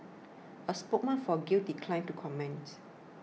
a spokeswoman for Grail declined to comment